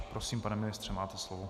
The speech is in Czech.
Prosím, pane ministře, máte slovo.